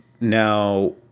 now